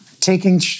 taking